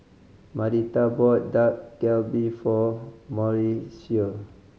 Marita bought Dak Galbi for Mauricio